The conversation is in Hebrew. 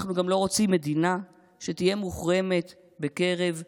אנחנו גם לא רוצים מדינה שתהיה מוחרמת בקרב המדינות.